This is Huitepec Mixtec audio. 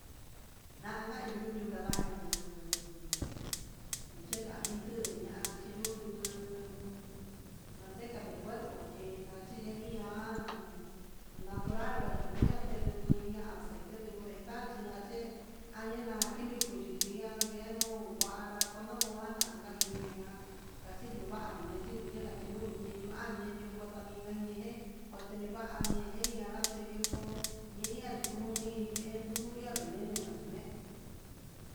Naka iñin ndukanda yuku ujun yeka inyuu ña'a ha chilundu nguu, un mateca de puerco hi nachi iha jun natural nga uhi tunduku hi ña'a, aceite vegetal chinkaché añena quimico xhi iha nakenuu nguará kunan unnga nanka'a, indio'a nakuva nikenre yivii xhinga nui nichinria añindio ta ñinka ñe'e, nguateva ñe'e anraté ndiunku ninia kuchingunia he ninyeduu ndavii anenu ngané.